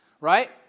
right